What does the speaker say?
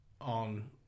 on